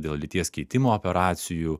dėl lyties keitimo operacijų